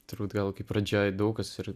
turbūt gal kaip pradžioj daug kas ir